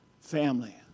family